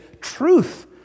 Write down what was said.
truth